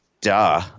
duh